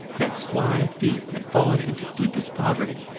that sly thief had fallen into deepest poverty,